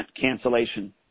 cancellation